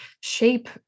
shape